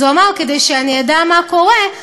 ואז הוא אמר: כדי שאני אדע מה קורה,